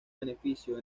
beneficio